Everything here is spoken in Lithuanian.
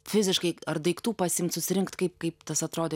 fiziškai ar daiktų pasiimt susirinkt kaip kaip tas atrodė